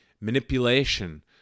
manipulation